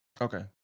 Okay